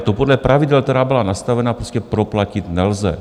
To podle pravidel, která byla nastavena, prostě proplatit nelze.